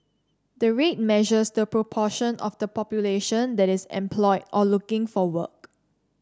the rate measures the proportion of the population that is employed or looking for work